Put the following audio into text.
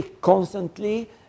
constantly